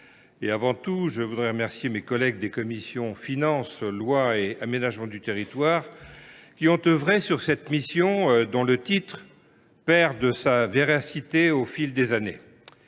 Avant tout, je remercie mes collègues des commissions des finances, des lois, et de l’aménagement du territoire, qui ont œuvré sur cette mission, dont l’intitulé perd de sa véracité au fil des années.